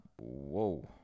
Whoa